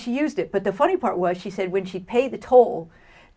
she used it but the funny part was she said when she paid the toll